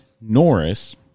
Norris